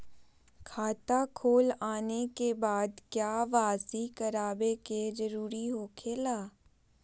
खाता खोल आने के बाद क्या बासी करावे का जरूरी हो खेला?